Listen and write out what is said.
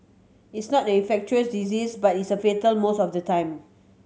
it's not an infectious disease but it's a fatal most of the time